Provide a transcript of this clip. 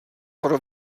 pro